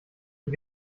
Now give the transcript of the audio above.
die